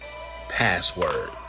password